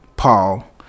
Paul